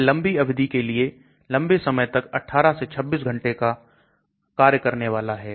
यह लंबी अवधि के लिए लंबे समय तक 18 से 26 घंटे कार्य करने वाला है